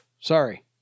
Sorry